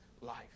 life